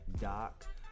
Doc